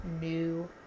new